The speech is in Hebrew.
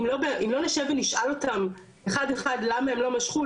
אם לא נשב ונשאל אותם אחד אחד למה הם לא משכו,